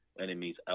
enemies